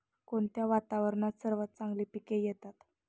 कोणत्या वातावरणात सर्वात चांगली पिके येतात?